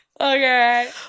Okay